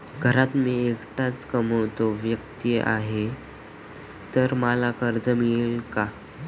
घरात मी एकटाच कमावता व्यक्ती आहे तर मला कर्ज मिळेल का?